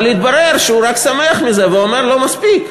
אבל התברר שהוא רק שמח מזה, ואומר: לא מספיק.